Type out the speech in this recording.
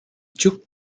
chuck